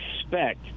expect